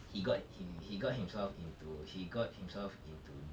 he got he got himself into he got himself into